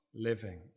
living